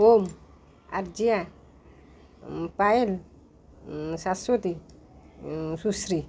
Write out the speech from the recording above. Om Arya Payal Shashwati Sushri